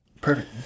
perfect